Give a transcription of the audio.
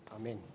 Amen